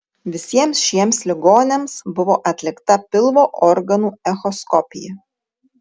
visiems šiems ligoniams buvo atlikta pilvo organų echoskopija